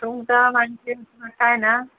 सुंगटां मानशेंन काय ना